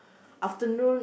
afternoon